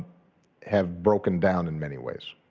have broken down in many ways.